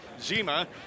Zima